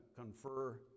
confer